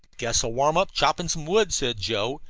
guess i'll warm up chopping some wood, said joe,